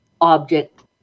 object